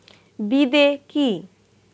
বিদে কি?